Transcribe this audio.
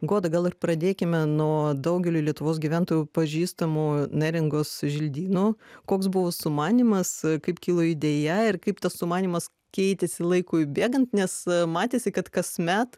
goda gal ir pradėkime nuo daugeliui lietuvos gyventojų pažįstamų neringos želdynų koks buvo sumanymas kaip kilo idėja ir kaip tas sumanymas keitėsi laikui bėgant nes matėsi kad kasmet